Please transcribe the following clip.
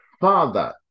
Father